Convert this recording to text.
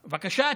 בבקשה,